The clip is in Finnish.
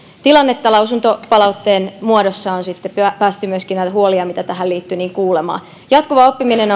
tilannetta lausuntopalautteen muodossa on sitten päästy myöskin näitä huolia mitä tähän liittyi kuulemaan jatkuva oppiminen